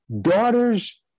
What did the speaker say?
Daughters